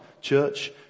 church